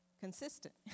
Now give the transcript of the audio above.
consistent